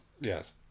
Yes